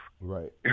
Right